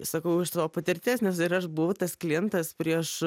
sakau iš savo patirties nes ir aš buvau tas klientas prieš